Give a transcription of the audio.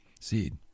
seed